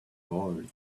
worried